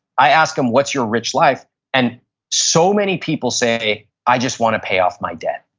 i ask them what's your rich life and so many people say i just want to pay off my debt.